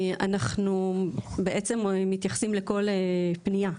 אנחנו בעצם מתייחסים אל כל פנייה.